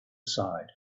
side